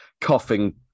coughing